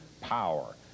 power